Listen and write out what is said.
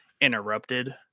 interrupted